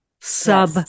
Sub